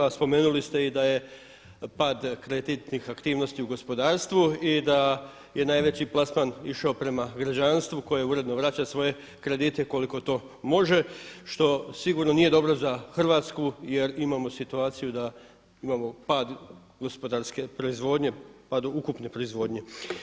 A spomenuli ste i da je pad kreditnih aktivnosti u gospodarstvu i da je najveći plasman išao prema građanstvu koje uredno vraća svoje kredite koliko to može što sigurno nije dobro za Hrvatsku jer imamo situaciju da imamo pad gospodarske proizvodnje, pad ukupne proizvodnje.